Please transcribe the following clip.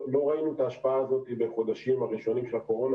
לא ראינו את ההשפעה הזו בחודשים הראשונים של הקורונה,